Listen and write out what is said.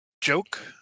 joke